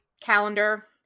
calendar